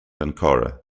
ankara